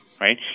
Right